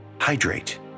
Hydrate